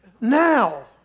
Now